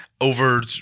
over